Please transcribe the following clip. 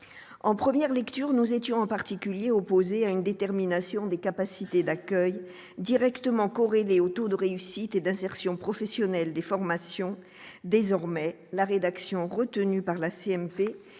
en première lecture, nous étions en particulier opposé à une détermination des capacités d'accueil directement corrélée au taux de réussite et d'insertion professionnelle des formations désormais la rédaction retenue par la CMP